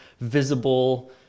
visible